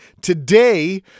Today